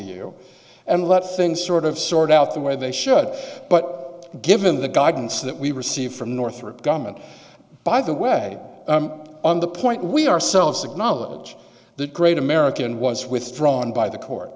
you and let things sort of sort out the way they should but given the guidance that we received from northrop government by the way on the point we ourselves acknowledge that great american was withdrawn by the court